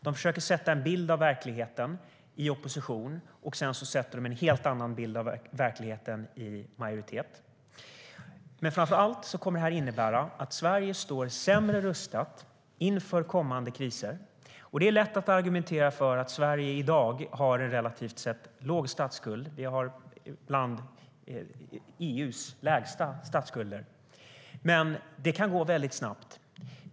De försöker skapa en bild av verkligheten i opposition, och sedan skapar de en helt annan bild av verkligheten i majoritet. Framför allt kommer det här att innebära att Sverige står sämre rustat inför kommande kriser. Det är lätt att argumentera för att Sverige i dag har en relativt sett låg statsskuld. Vi har en av EU:s lägsta statsskulder. Men det kan gå väldigt snabbt.